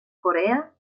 corea